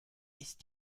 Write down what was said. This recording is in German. ist